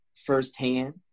firsthand